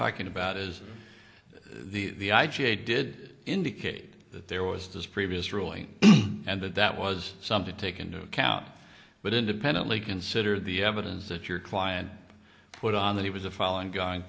talking about is the i j a did indicate that there was this previous ruling and that that was some to take into account but independently consider the evidence that your client put on that he was a following go